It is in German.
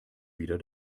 wieder